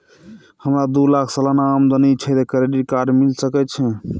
हमरा दू लाख सालाना आमदनी छै त क्रेडिट कार्ड मिल सके छै?